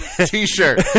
T-shirt